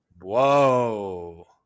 Whoa